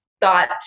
thought